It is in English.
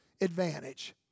advantage